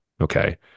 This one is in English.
okay